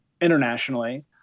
internationally